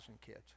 kids